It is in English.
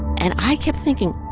and i kept thinking,